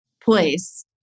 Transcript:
place